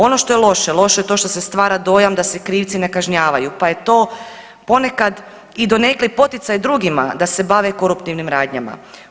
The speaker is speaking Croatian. Ono što je loše, loše je to što se stvara dojam da se krivci ne kažnjavaju, pa je to ponekad i donekle poticaj drugima da se bave koruptivnim radnjama.